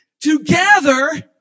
together